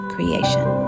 Creation